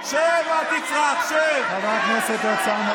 אין לך מקום בבית הזה, שב, שב, אל תצרח.